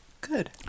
Good